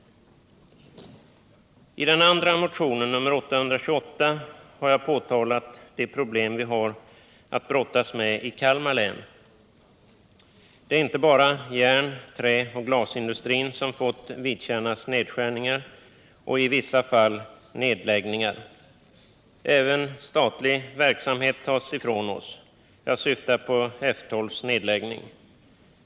I den andra motionen, nr 828, har jag påtalat de problem vi har att brottas med i Kalmar län. Det är inte bara järn-, träoch glasindustrin som fått vidkännas nedskärningar och i vissa fall nedläggningar. Även statlig verksamhet tas ifrån oss — jag syftar på F 12:s nedläggning.